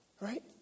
right